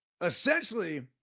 essentially